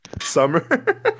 summer